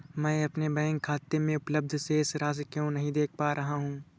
मैं अपने बैंक खाते में उपलब्ध शेष राशि क्यो नहीं देख पा रहा हूँ?